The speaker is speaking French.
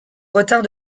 retard